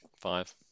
five